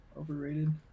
overrated